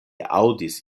aŭdis